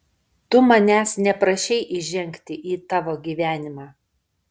tu manęs neprašei įžengti į tavo gyvenimą